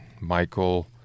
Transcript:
Michael